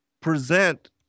present